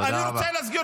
אני רוצה להסביר